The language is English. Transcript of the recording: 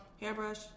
hairbrush